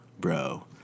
bro